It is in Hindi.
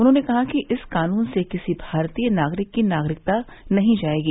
उन्होंने कहा कि इस कानून से किसी भारतीय नागरिक की नागरिकता नहीं जायेगी